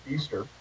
Easter